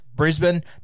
Brisbane